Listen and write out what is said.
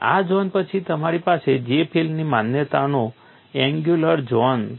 આ ઝોન પછી તમારી પાસે J ફીલ્ડની માન્યતાનો એન્યુલર ઝોન છે